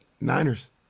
Niners